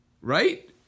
Right